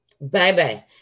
Bye-bye